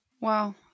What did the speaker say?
Wow